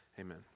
amen